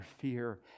fear